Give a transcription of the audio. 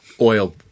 oil